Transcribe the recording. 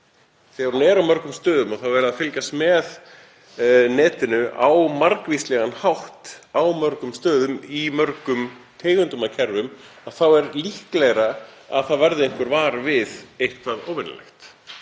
Þegar hún er á mörgum stöðum er verið að fylgjast með netinu á margvíslegan hátt á mörgum stöðum í mörgum tegundum af kerfum og þá er líklegra að það verði einhver var við eitthvað óvenjulegt.